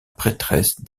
prêtresse